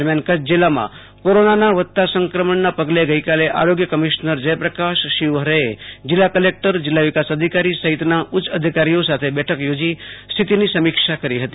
દરમિયાન કચ્છ જિલ્લામાં કોરોનાના વધતાં સંકમૂણના પગલે ગેઈકાલે આરોગ્ય કમિશનર જયપ્રકાશ શિવફરેએ જિલ્લા કલેકટર જિલ્લા વિકાસ અધિકારી સફ્રિતના ઉચ્ચ અધિકારીઓ સાથે બેઠક યોજી સ્થિતિના સમિક્ષા કરી હતી